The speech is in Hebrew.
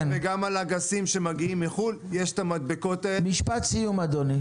משפט סיום, אדוני.